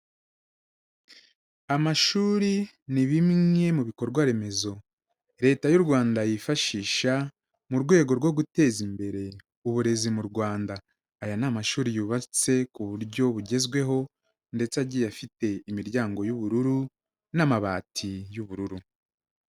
Amashuri ni bimwe mu bikorwa remezo Leta y'u Rwanda yifashisha mu rwego rwo guteza imbere uburezi mu Rwanda, aya ni amashuri yubatse ku buryo bugezweho ndetse agiye afite imiryango y'ubururu n'amabati y'ubururu.